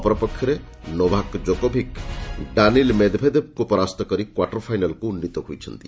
ଅପରପକ୍ଷରେ Novak Djokovic Daniil ମେଦ୍ଭେଦେବ୍ଙ୍କୁ ପରାସ୍ତ କରି କ୍ୱାର୍ଟର ଫାଇନାଲ୍କୁ ଉନ୍ନୀତ ହୋଇଛନ୍ତି